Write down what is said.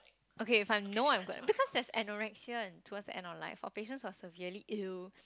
okay if I know that I'm because there's anorexia towards the end of life our patients are severely ill